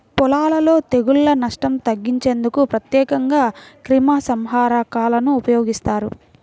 పొలాలలో తెగుళ్ల నష్టం తగ్గించేందుకు ప్రత్యేకంగా క్రిమిసంహారకాలను ఉపయోగిస్తారు